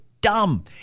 dumb